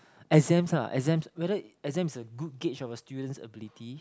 exams ah exams whether exams is a good gauge of a student's ability